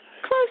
close